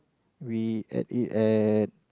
we ate it at